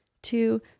two